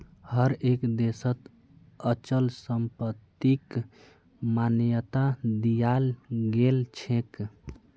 हर एक देशत अचल संपत्तिक मान्यता दियाल गेलछेक